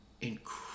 incredible